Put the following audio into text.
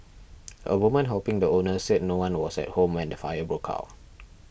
a woman helping the owners said no one was at home when the fire broke out